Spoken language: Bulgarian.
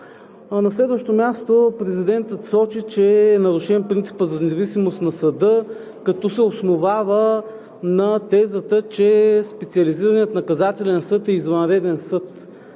На следващо място, президентът сочи, че е нарушен принципът за независимост на съда, като се основава на тезата, че Специализираният наказателен съд е извънреден съд.